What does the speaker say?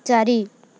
ଚାରି